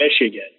Michigan